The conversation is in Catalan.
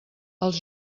els